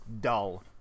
dull